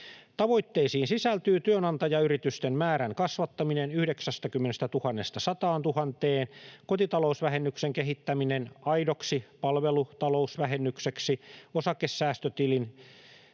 Tavoitteisiin sisältyy työnantajayritysten määrän kasvattaminen 90 000:sta 100 000:een, kotitalousvähennyksen kehittäminen aidoksi palvelutalousvähennykseksi, osakesäästötilin